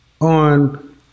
on